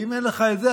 אם אין לך את זה,